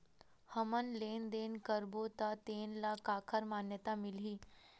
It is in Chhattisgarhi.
हमन लेन देन करबो त तेन ल काखर मान्यता मिलही?